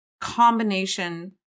combination